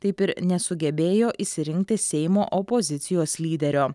taip ir nesugebėjo išsirinkti seimo opozicijos lyderio